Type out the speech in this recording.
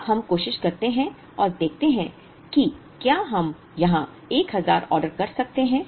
अब हम कोशिश करते हैं और देखते हैं कि क्या हम यहां 1000 ऑर्डर कर सकते हैं